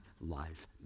life